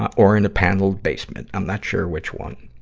or in a paneled basement i'm not sure which one.